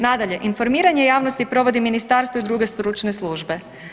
Nadalje, informiranje javnosti provodi ministarstvo i druge stručne službe.